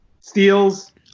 steals